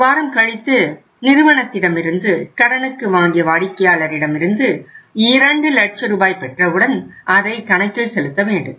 ஒரு வாரம் கழித்து நிறுவனத்திடமிருந்து கடனுக்கு வாங்கிய வாடிக்கையாளரிடம் இருந்து இரண்டு லட்ச ரூபாய் பெற்றவுடன் அதை கணக்கில் செலுத்த வேண்டும்